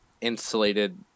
insulated